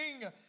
King